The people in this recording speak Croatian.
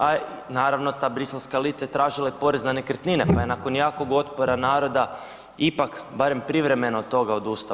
A naravno ta briselska elita je tražila i porez na nekretnine pa je nakon jakog otpora naroda ipak barem privremeno od toga odustao.